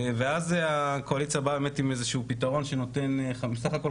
ואז הקואליציה באה באמת עם איזשהו פתרון שנותן סך הכול